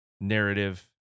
narrative